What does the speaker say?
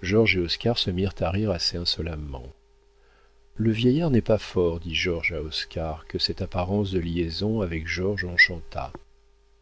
georges et oscar se mirent à rire assez insolemment le vieillard n'est pas fort dit georges à oscar que cette apparence de liaison avec georges enchanta